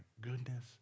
goodness